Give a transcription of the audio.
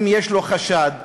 אם יש לו חשד במישהו,